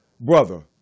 brother